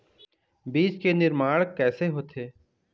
बीज के निर्माण कैसे होथे?